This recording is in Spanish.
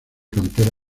cantera